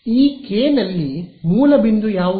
ಈ ಕೆ ನಲ್ಲಿ ಮೂಲ ಬಿಂದು ಯಾವುದು